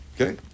Okay